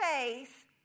faith